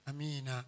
Amen